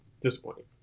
disappointing